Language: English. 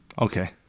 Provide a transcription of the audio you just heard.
Okay